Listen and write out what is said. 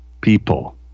people